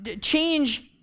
change